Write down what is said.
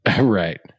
Right